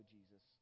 Jesus